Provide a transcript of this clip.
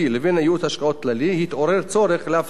השקעות כללי התעורר צורך להבחין ביניהם.